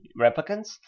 replicants